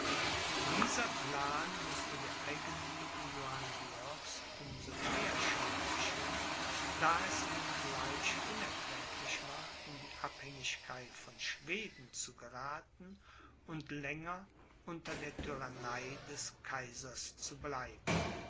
dieser plan mußte der eigenliebe johann georgs um so mehr schmeicheln da es ihm gleich unerträglich war in die abhängigkeit von schweden zu gerathen und länger unter der tyrannei des kaisers zu bleiben